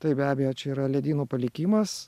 taip be abejo čia yra ledynų palikimas